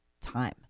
time